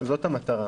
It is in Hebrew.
זו המטרה.